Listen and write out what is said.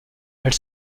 elle